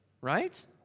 right